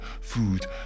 food